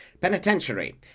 Penitentiary